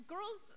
Girls